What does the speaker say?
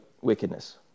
wickedness